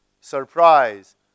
surprise